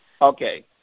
Okay